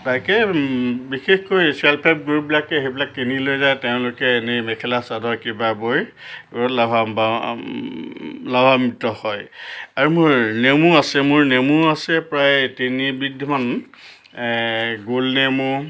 তাকে বিশেষকৈ self help গ্ৰুপবিলাকে সেইবিলাক কিনি লৈ যায় তেওঁলোকে এনেই মেখেলা চাদৰ কিবা বৈ লাভাবা লাভাৱাম্বিত হয় আৰু মোৰ নেমু আছে মোৰ নেমু আছে প্ৰায় তিনিবিধমান গোলনেমু